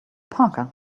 parker